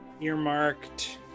earmarked